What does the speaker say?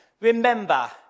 Remember